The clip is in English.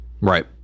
right